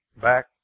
back